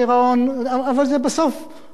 אבל זה בסוף מאותו כיס,